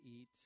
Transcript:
eat